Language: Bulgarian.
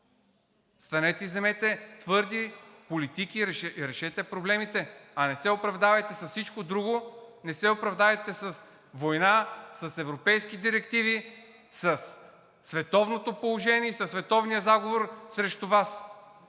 станете и вземете твърди политики, решете проблемите, а не се оправдавайте с всичко друго. Не се оправдавайте с война, с европейски директиви, със световното положение и със световния заговор срещу Вас.